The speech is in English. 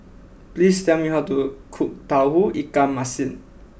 please tell me how to cook Tauge Ikan Masin